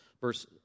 Verse